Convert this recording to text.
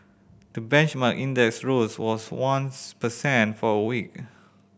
the benchmark index rose was one's per cent for a week